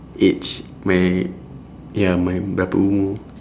age my ya my berapa umur